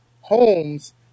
homes